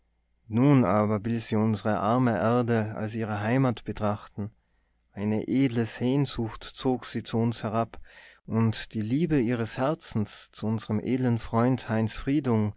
nun aber will sie unsre arme erde als ihre heimat betrachten eine edle sehnsucht zog sie zu uns herab und die liebe ihres herzens zu unserm edlen freund heinz friedung